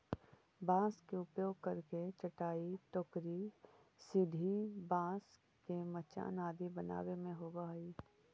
बाँस के उपयोग करके चटाई, टोकरी, सीढ़ी, बाँस के मचान आदि बनावे में होवऽ हइ